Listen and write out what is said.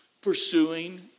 pursuing